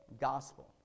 gospel